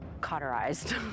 cauterized